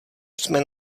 jsme